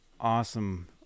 Awesome